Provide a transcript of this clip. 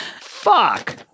Fuck